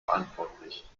verantwortlich